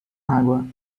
água